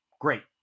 great